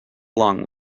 long